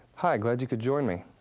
hi, glad you could join me.